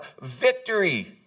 Victory